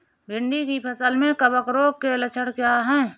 भिंडी की फसल में कवक रोग के लक्षण क्या है?